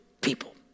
people